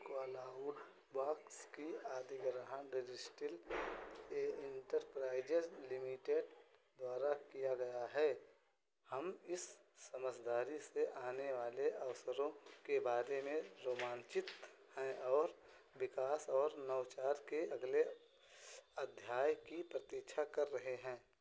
cloud works की आदिग्रहण डिजिस्टील ये इंटरप्राइजेज लिमिटेड द्वारा किया गया है हम इस समझदारी से आने वाले अवसरों के बारे में रोमांचित हैं और विकास और नवचार के अगले अध्याय की प्रतीक्षा कर रहे हैं